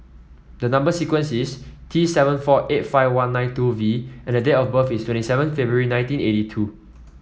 number sequence is T seven four eight five one nine two V and date of birth is twenty seven February nineteen eighty two